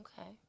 Okay